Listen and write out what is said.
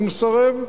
הוא מסרב,